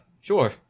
sure